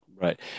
Right